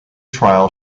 trial